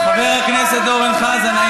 חבר הכנסת אורן חזן.